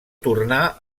tornà